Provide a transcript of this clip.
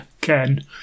Ken